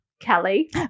Kelly